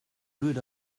good